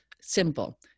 Simple